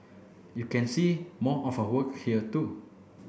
you can see more of her work here too